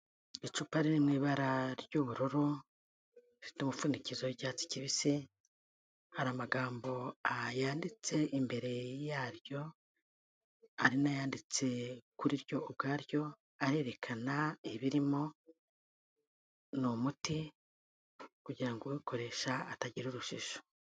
Icupa riri mu ibara ry'ubururu, rifite umupfundikizo w'icyatsi kibisi, hari amagambo yanditse imbere yaryo, ari n'ayanditse kuri ryo ubwaryo, arerekana ibirimo ni umuti kugirango uwukoresha atagira urujijo.